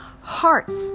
hearts